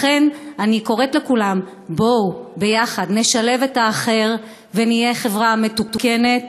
לכן אני קוראת לכולם: בואו יחד נשלב את האחר ונהיה חברה מתוקנת,